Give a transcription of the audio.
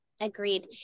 Agreed